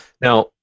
Now